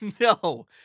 no